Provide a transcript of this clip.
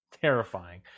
terrifying